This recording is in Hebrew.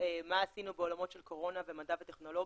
מה עשינו בעולמות של קורונה במדע וטכנולוגיה.